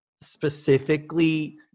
specifically